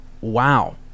wow